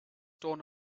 torn